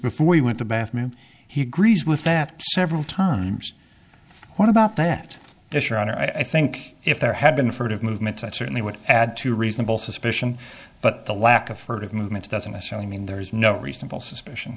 before he went to bathroom he agrees with that several times what about that is your honor i think if there had been furtive movements i certainly would add to reasonable suspicion but the lack of furtive movements doesn't necessarily mean there is no reasonable suspicion